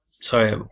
Sorry